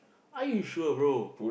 are you sure bro